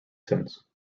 since